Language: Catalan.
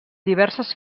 diverses